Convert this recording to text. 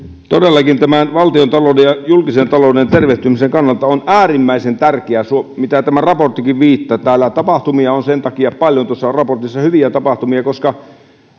todellakin valtiontalouden ja julkisen talouden tervehtymisen kannalta on äärimmäisen tärkeää se mihin tämä raporttikin viittaa hyviä tapahtumia on sen takia paljon tuossa raportissa koska